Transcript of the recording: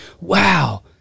Wow